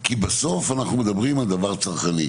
כי בסוף אנחנו מדברים על דבר צרכני.